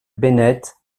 bennett